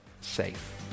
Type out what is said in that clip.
safe